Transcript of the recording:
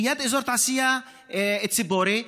ליד אזור תעשייה ציפורי,